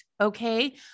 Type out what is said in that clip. okay